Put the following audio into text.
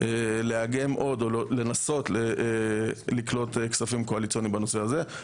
לאגם עוד או לנסות לקלוט כספים קואליציוניים בנושא הזה,